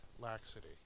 Laxity